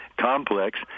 complex